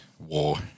war